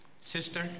Sister